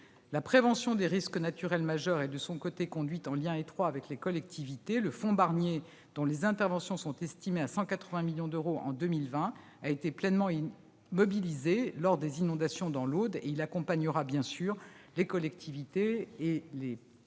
La prévention des risques naturels majeurs est, de son côté, conduite en lien avec les collectivités. Le fonds Barnier, dont les montants d'intervention sont estimés à 180 millions d'euros en 2020, a été pleinement mobilisé lors des inondations dans l'Aude. Il accompagnera les collectivités et les ménages